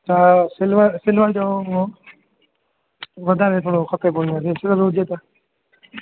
त silver silver जो उहो वधारे थोरो खपे पोइ ईअं जीअं सिल्वर हुजे त